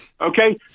okay